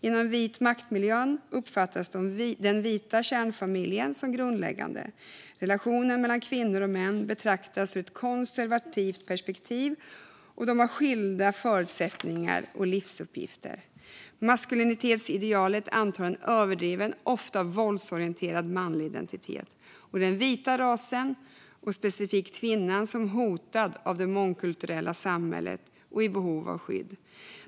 Inom vit makt-miljön uppfattas den vita kärnfamiljen som grundläggande. Relationen mellan kvinnor och män betraktas ur ett konservativt perspektiv där könen har skilda förutsättningar och livsuppgifter. Maskulinitetsidealet antar en överdriven, ofta våldsorienterad, manlig identitet. Den vita rasen, och specifikt kvinnan, ses som hotad av det mångkulturella samhället och i behov av skydd.